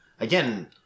Again